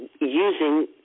using